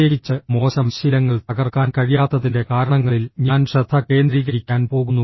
പ്രത്യേകിച്ച് മോശം ശീലങ്ങൾ തകർക്കാൻ കഴിയാത്തതിന്റെ കാരണങ്ങളിൽ ഞാൻ ശ്രദ്ധ കേന്ദ്രീകരിക്കാൻ പോകുന്നു